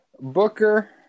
Booker